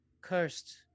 cursed